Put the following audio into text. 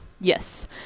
Yes